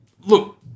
look